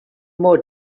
more